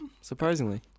surprisingly